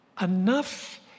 enough